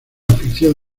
afición